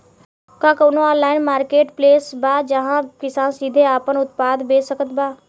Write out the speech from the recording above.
का कउनों online marketplace बा जहां किसान सीधे आपन उत्पाद बेच सकत बा?